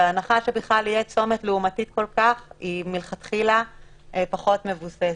והנחה שבכלל תהיה צומת לעומתית כל כך היא מלכתחילה פחות מבוססת,